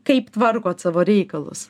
kaip tvarkot savo reikalus